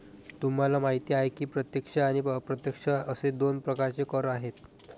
तुम्हाला माहिती आहे की प्रत्यक्ष आणि अप्रत्यक्ष असे दोन प्रकारचे कर आहेत